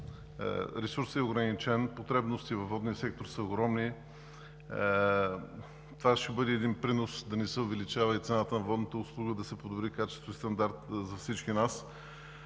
Ресурсът е ограничен, потребностите във водния сектор са огромни. Това ще бъде принос да не се увеличава и цената на водната услуга, да се подобри качеството и стандарта за всички нас.